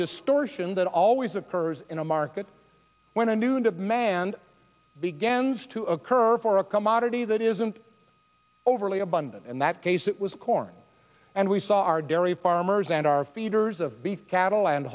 spurgeon that always occurs in a market when a new demand begins to occur for a commodity that isn't overly abundant in that case it was corn and we saw our dairy farmers and our feeders of beef cattle and